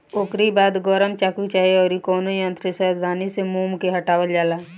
ओकरी बाद गरम चाकू चाहे अउरी कवनो यंत्र से सावधानी से मोम के हटावल जाला